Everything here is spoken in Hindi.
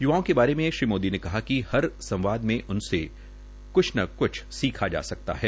युवाओं के बारे में श्री मोदी ने कहा कि हर संवाद में उनसे कुछ न कुछ सीखा जा सकता है